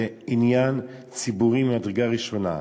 זה עניין ציבורי ממדרגה ראשונה.